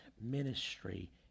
ministry